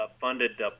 funded